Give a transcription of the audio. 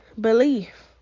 Belief